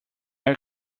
are